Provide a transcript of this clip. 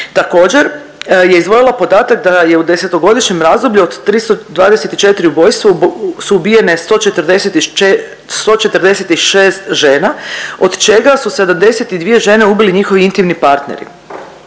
Također, je izdvojila podatak da je u desetogodišnjem razdoblju od 324 ubojstva su ubijene 146 žena od čega su 72 žene ubili njihovi intimni partneri.